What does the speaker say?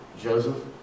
Joseph